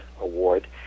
award